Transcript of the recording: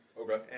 okay